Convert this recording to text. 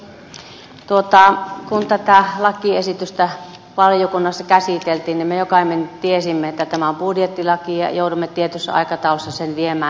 kun tätä lakiesitystä valiokunnassa käsiteltiin me jokainen tiesimme että tämä on budjettilaki ja joudumme tietyssä aikataulussa sen viemään eteenpäin